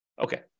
Okay